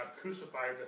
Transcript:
crucified